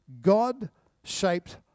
God-shaped